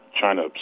China